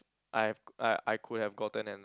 I've I I could have gotten and